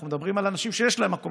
אנחנו מדברים על אנשים שיש להם מקום